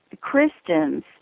Christians